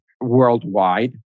worldwide